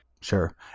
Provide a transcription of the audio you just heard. Sure